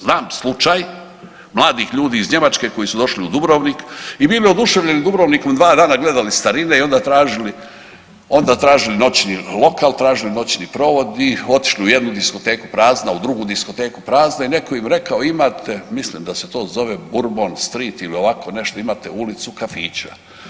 Znam slučaj mladih ljudi iz Njemačke koji su došli u Dubrovnik i bili oduševljeni Dubrovnikom, dva dana gledali starine i onda tražili, onda tražili noćni lokal, tražili noćni provod i otišli u jednu diskoteku prazna, u drugu diskoteku prazna i netko im rekao imate, mislim da se to zove Bourbon Street ili ovako nešto, imate ulicu kafića.